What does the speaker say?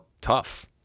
tough